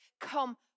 come